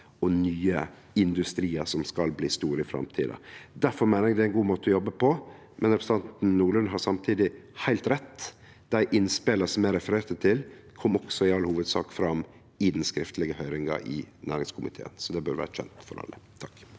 og nye industriar som skal bli store i framtida. Difor meiner eg det er ein god måte å jobbe på, men representanten Nordlund har samtidig heilt rett: Dei innspela som eg refererte til, kom også i all hovudsak fram i den skriftlege høyringa i næringskomiteen, så det bør vere kjent for alle.